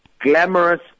glamorous